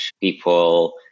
people